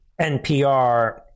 NPR